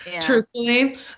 truthfully